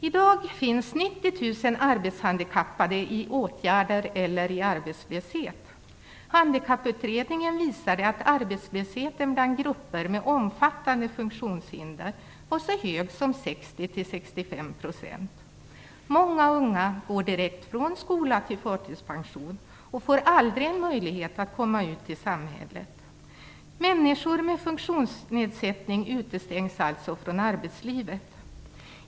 I dag finns 90 000 arbetshandikappade i åtgärder eller i arbetslöshet. Handikapputredningen visade att arbetslösheten bland grupper med omfattande funktionshinder var så hög som 60-65 %. Många unga går direkt från skola till förtidspension och får aldrig en möjlighet att komma ut i samhället. Människor med funktionsnedsättning utestängs alltså från arbetslivet.